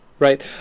Right